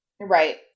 Right